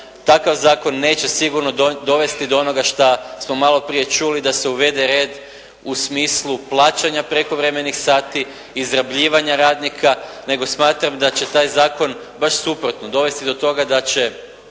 takav zakon neće sigurno dovesti do onoga šta smo maloprije čuli da se uvede red u smislu plaćanja prekovremenih sati, izrabljivanja radnika, nego smatram da će taj zakon baš suprotno dovesti do toga da će